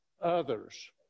others